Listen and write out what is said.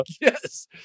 Yes